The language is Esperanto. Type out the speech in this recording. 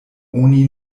oni